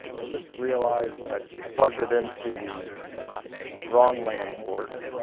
i just realized i plugged it into the wrong land port